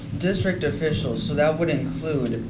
district officials. so that would include